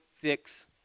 fix